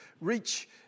Reach